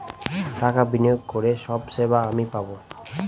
টাকা বিনিয়োগ করে সব সেবা আমি পাবো